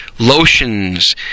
lotions